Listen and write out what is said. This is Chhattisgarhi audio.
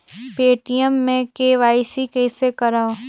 पे.टी.एम मे के.वाई.सी कइसे करव?